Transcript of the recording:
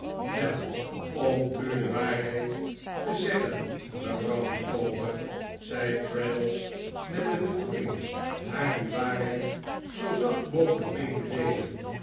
wel om u h e waarheid te zeggen mevrouw micawber zei traddles met de bedoeling haar die waarheid zoo zacht mogelijk mee te deelen